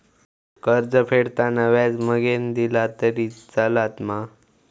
कर्ज फेडताना व्याज मगेन दिला तरी चलात मा?